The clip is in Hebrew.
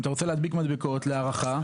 אם אתה רוצה להדביק מדבקות להארכה,